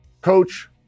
Coach